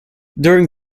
during